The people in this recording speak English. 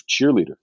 cheerleader